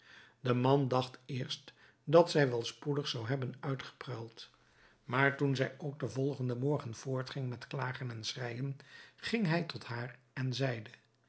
de man dacht eerst dat zij wel spoedig zou hebben uitgepruild maar toen zij ook den volgenden morgen voortging met klagen en schreijen ging hij tot haar en zeide